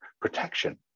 protection